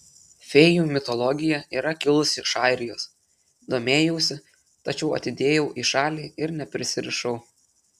fėjų mitologija yra kilusi iš airijos domėjausi tačiau atidėjau į šalį ir neprisirišau